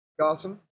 awesome